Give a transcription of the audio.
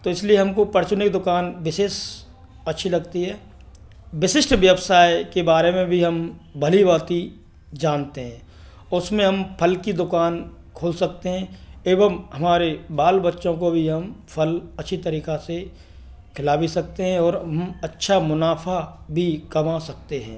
तो इसलिए हमको परचून की दुकान विशेष अच्छी लगती है विशिष्ट व्यवसाय के बारे में भी हम भली भांति जानते हैं उसमें हम फल की दुकान खोल सकते हैं एवं हमारे बाल बच्चों को भी हम फल अच्छी तरीके से खिला भी सकते हैं और अच्छा मुनाफ़ा भी कमा सकते हैं